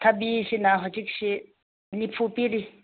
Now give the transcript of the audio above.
ꯊꯕꯤꯁꯤꯅ ꯍꯧꯖꯤꯛꯁꯤ ꯅꯤꯐꯨ ꯄꯤꯔꯤ